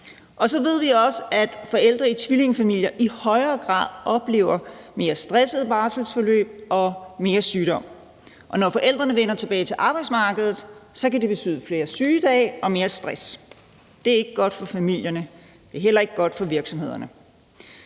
Så ved vi også, at forældre i tvillingefamilier i højere grad oplever mere stressede barselsforløb og mere sygdom, og når forældrene vender tilbage til arbejdsmarkedet, kan det betyde flere sygedage og mere stress. Det er ikke godt for familierne, og det er heller ikke godt for virksomhederne.